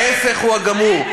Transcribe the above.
ההפך הגמור.